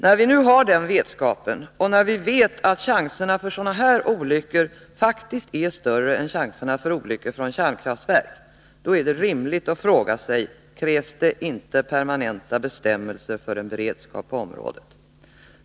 När vi nu har den vetskapen och när vi vet att riskerna för olyckor av nämnda slag faktiskt är större än riskerna för olyckor vid kärnkraftverk, är det rimligt att fråga sig: Krävs det inte permanenta bestämmelser för en beredskap på området?